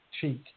cheek